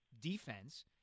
defense